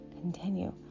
continue